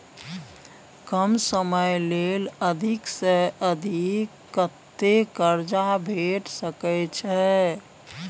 कम समय ले अधिक से अधिक कत्ते कर्जा भेट सकै छै?